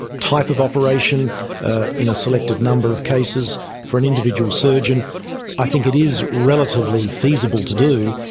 type of operation in a selected number of cases for any individual surgeon i think it is relatively feasible to do.